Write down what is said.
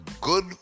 good